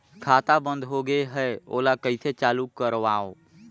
खाता बन्द होगे है ओला कइसे चालू करवाओ?